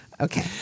Okay